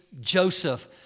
Joseph